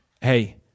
Hey